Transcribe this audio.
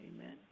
Amen